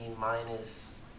minus